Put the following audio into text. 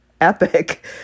epic